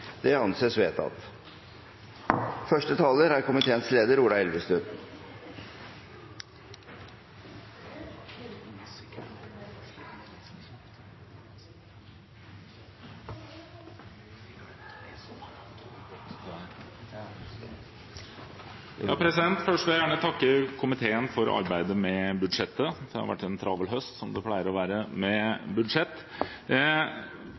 Det anses vedtatt. Først vil jeg gjerne takke komiteen for arbeidet med budsjettet. Det har vært en travel høst, som det pleier å være med budsjett.